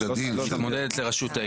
מתמודדת לראשות העיר,